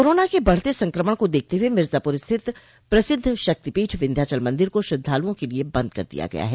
corona के बढ़ते संक्रमण को देखते हुए मिर्जापुर स्थित प्रसिद्ध शक्तिपीठ विन्ध्याचल मंदिर को श्रद्वालुओं के लिये बंद कर दिया गया है